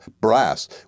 brass